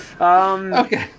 Okay